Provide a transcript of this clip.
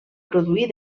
produir